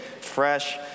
fresh